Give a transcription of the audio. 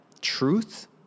Truth